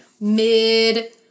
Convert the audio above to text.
mid